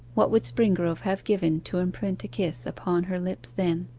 what would springrove have given to imprint a kiss upon her lips then!